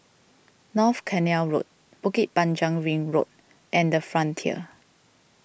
North Canal Road Bukit Panjang Ring Road and the Frontier